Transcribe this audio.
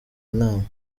inama